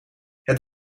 het